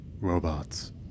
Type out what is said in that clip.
robots